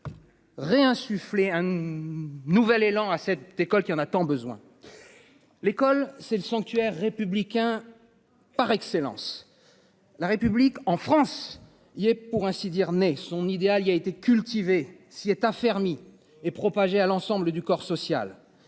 Réinsuffler un. Nouvel élan à cette école qu'il y en a tant besoin. L'école c'est le sanctuaire républicain. Par excellence. La République en France. Il est pour ainsi dire n'est son idéal. Il y a été cultivée si affermie et propagé à l'ensemble du corps social.